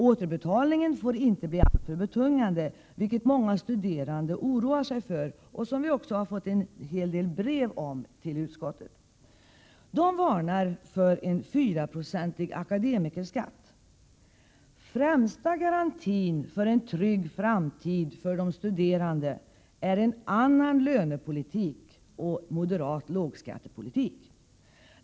Återbetalningen får inte bli alltför betungande, vilket många studerande oroar sig för att den skall bli — utskottet har fått en hel del brev om det. De varnar för en 4-procentig ”akademikerskatt”. Främsta garantin för en trygg framtid för de studerande är en annan lönepolitik och moderat lågskattepolitik.